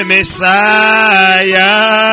Messiah